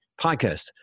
podcast